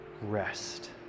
rest